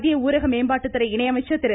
மத்திய ஊரக மேம்பாட்டுத்துறை இணை அமைச்சர் திரு